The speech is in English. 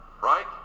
right